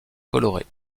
colorées